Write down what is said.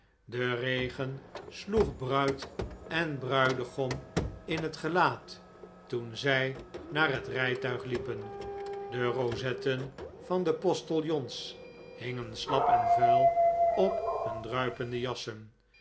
de regen sloeg bruid en bruidegom in het gelaat toen zij naar het rijtuig liepen de rozetten van de postilions hingen slap en vuil op hun druipende jassen